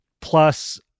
plus